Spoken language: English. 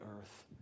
earth